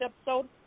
episode